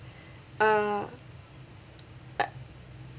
uh